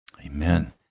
Amen